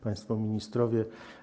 Państwo Ministrowie!